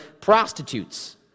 prostitutes